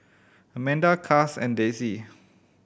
Amanda Cas and Desi